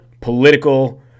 Political